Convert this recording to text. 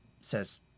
says